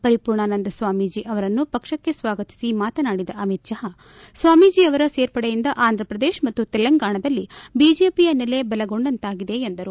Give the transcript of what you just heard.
ಪರಿಪೂರ್ಣಾನಂದ ಸ್ವಾಮೀಜಿನ ಅವರನ್ನು ಪಕ್ಷಕ್ಕೆ ಸ್ವಾಗತಿಸಿ ಮಾತನಾಡಿದ ಅಮಿತ್ ಶಾ ಸ್ವಾಮೀಜಿಯವರ ಸೇರ್ಪಡೆಯಿಂದ ಆಂಥ ಪ್ರದೇಶ ಮತ್ತು ತೆಲಂಗಾಣದಲ್ಲಿ ಬಿಜೆಪಿಯ ನೆಲೆ ಬಲಗೊಂಡಾಂತಾಗಿದೆ ಎಂದರು